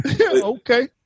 Okay